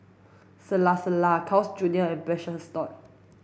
Calacara Carl's Junior and Precious Thots